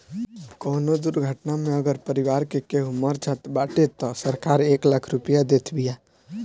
कवनो दुर्घटना में अगर परिवार के केहू मर जात बाटे तअ सरकार एक लाख रुपिया देत बिया